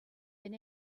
been